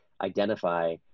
identify